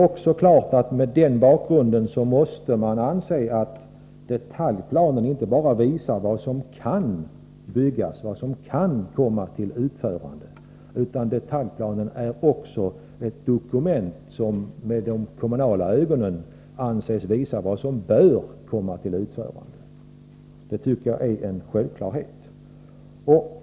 Mot den bakgrunden måste man anse att detaljplanen inte bara visar vad som kan komma att byggas, utan detaljplanen är ett dokument som visar vad som enligt kommunal mening bör komma till utförande. Det tycker jag är en självklarhet.